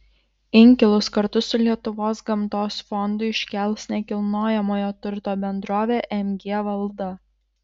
inkilus kartu su lietuvos gamtos fondu iškels nekilnojamojo turto bendrovė mg valda